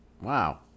Wow